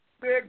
big